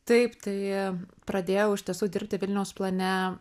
taip tai pradėjau iš tiesų dirbti vilniaus plane